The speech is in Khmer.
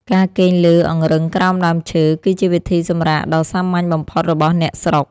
ការគេងលើអង្រឹងក្រោមដើមឈើ គឺជាវិធីសម្រាកដ៏សាមញ្ញបំផុតរបស់អ្នកស្រុក។